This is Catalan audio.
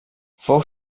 fou